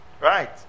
Right